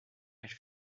elle